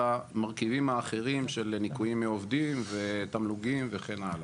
המרכיבים האחרים של ניכויים מעובדים ותמלוגים וכן הלאה.